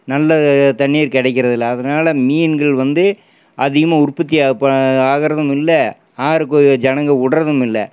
நல்ல தண்ணீர் கிடக்கிறதில்ல அதனால் மீன்கள் வந்து அதிகமாக உற்பத்தி ஆகறதுமில்லை ஆகறக்கு ஜனங்க விட்றதுமில்ல